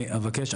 אני אבקש,